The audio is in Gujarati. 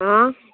હં